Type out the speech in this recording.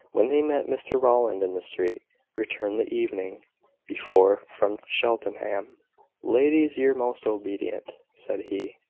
when they met mr rowland in the street returned the evening before from cheltenham. ladies, your most obedient! said he,